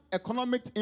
economic